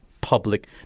public